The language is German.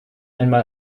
einmal